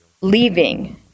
leaving